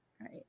Right